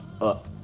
up